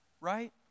right